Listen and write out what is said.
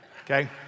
okay